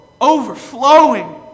overflowing